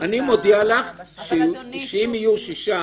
אני מודיע לך שאם יהיו שישה